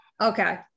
Okay